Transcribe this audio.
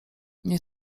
nie